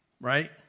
Right